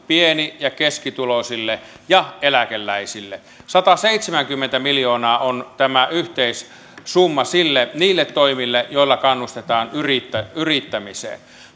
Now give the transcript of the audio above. pieni ja keskituloisille ja eläkeläisille sataseitsemänkymmentä miljoonaa on tämä yhteissumma niille toimille joilla kannustetaan yrittämiseen